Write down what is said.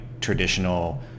traditional